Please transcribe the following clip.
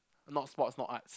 not sports not arts